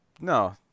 no